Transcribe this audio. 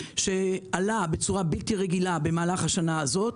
שעלתה בצורה בלתי רגילה במהלך השנה הזאת.